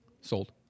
Sold